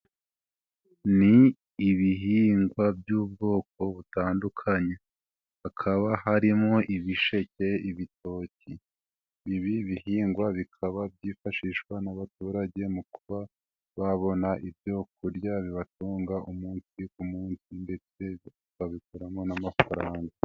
Ni ibihingwa by'ubwoko butandukanye, hakaba harimo ibisheke, ibitoki, ibi bihingwa bikaba byifashishwa n'abaturage mu kuba babona ibyo kurya bibatunga umunsi ku munsi ndetse babikuramo n'amafaranga.